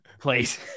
Please